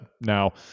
now